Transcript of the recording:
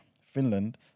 Finland